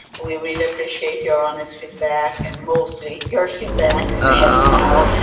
we really appreciate your honest feedback and mostly your feedback anyhow!